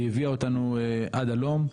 היא הביאה אותנו עד הלום.